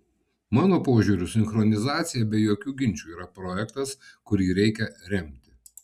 mano požiūriu sinchronizacija be jokių ginčų yra projektas kurį reikia remti